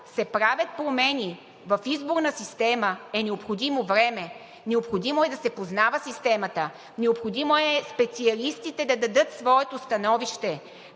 се правят промени в изборна система е необходимо време, необходимо е да се познава системата, необходимо е специалистите да дадат своето становище,